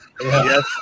Yes